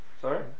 Sorry